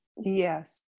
Yes